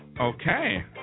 Okay